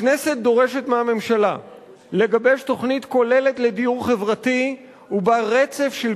הכנסת דורשת מהממשלה לגבש תוכנית כוללת לדיור חברתי ובה רצף של